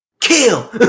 kill